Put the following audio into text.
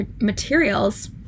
materials